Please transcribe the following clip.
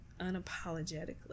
unapologetically